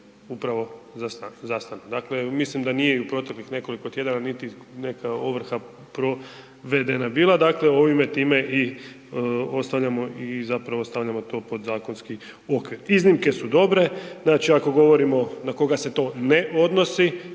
upravo zastanu. Dakle, mislim da nije u proteklih nekoliko tjedana niti neka ovrha provedena bila, ovime time i ostavljamo i stavljamo to pod zakonski okvir. Iznimke su dobre, znači ako govorimo na koga se to ne odnosi